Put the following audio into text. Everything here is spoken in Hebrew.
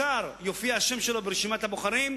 ישר יופיע השם שלו ברשימת הבוחרים,